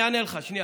אני אענה לך, שנייה.